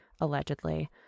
allegedly